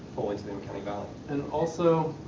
fall into the uncanny valley. and also,